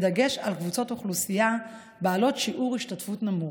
בדגש על קבוצות אוכלוסייה בעלות שיעור השתתפות נמוך.